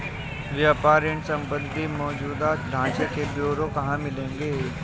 व्यापार ऋण संबंधी मौजूदा ढांचे के ब्यौरे कहाँ मिलेंगे?